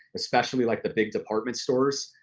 especially like the big department stores,